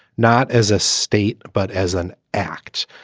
not as a state, but as an act.